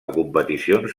competicions